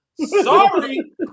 Sorry